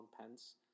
pence